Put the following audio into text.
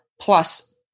plus